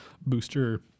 booster